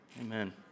Amen